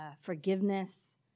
forgiveness